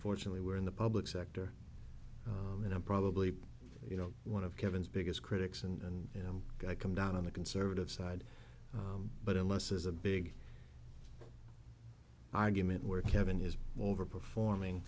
fortunately we're in the public sector and i'm probably you know one of kevin's biggest critics and you know i come down on the conservative side but unless there's a big argument where kevin is over performing